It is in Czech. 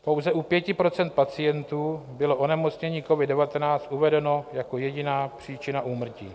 Pouze u 5 % pacientů bylo onemocnění covid19 uvedeno jako jediná příčina úmrtí.